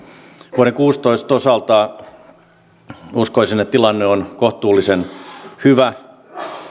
vuoden kuusitoista osalta uskoisin että tilanne on kohtuullisen hyvä